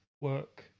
work